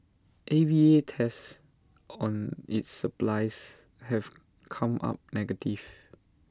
A V A tests on its supplies have come up negative